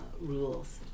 rules